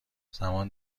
زمان